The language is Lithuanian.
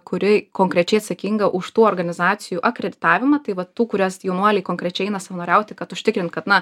kuri konkrečiai atsakinga už tų organizacijų akreditavimą tai va tų kurias jaunuoliai konkrečiai eina savanoriauti kad užtikrint kad na